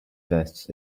vests